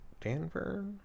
Danver